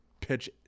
pitch